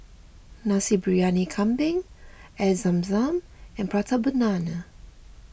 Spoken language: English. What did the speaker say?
Nasi Briyani Kambing Air Zam Zam and Prata Banana